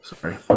Sorry